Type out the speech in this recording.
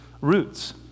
roots